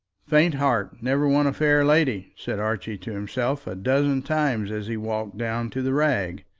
faint heart never won a fair lady, said archie to himself a dozen times, as he walked down to the rag.